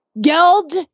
Geld